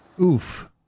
Oof